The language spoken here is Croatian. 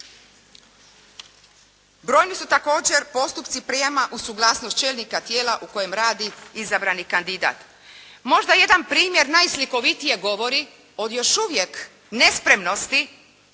Brojni su također postupci prijama uz suglasnost čelnika tijela u kojem radi izabrani kandidat. Možda jedan primjer najslikovitije govori od još uvijek nespremnosti